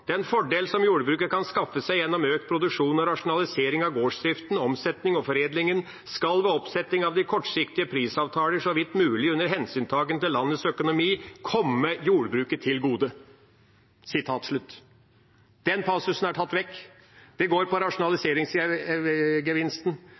den første avtalen, fra 1950. Der sto det i § 10: «Den fordel som jordbruket kan skaffe seg gjennom økt produksjon og rasjonalisering av gårdsdriften, omsetningen og foredlingen, skal ved oppsetting av de kortsiktige prisavtaler så vidt mulig under hensyntagen til landets økonomi komme jordbruket til gode.» Den passusen er tatt vekk. Det går på